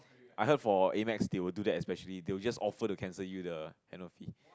I heard for Amex they will do that especially they will just offer to cancel you the annual fee